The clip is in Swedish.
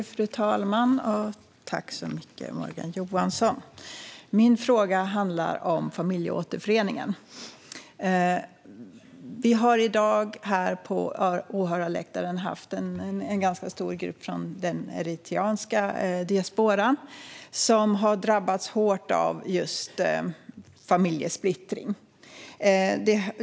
Fru talman! Tack så mycket, Morgan Johansson! Min fråga handlar om familjeåterföreningen. Vi har i dag här på åhörarläktaren haft en ganska stor grupp från den eritreanska diasporan, som har drabbats hårt av familjesplittring.